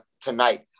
tonight